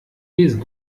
lesen